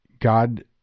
God